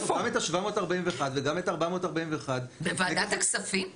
פרסמנו גם 741 וגם 441 -- איפה?